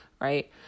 right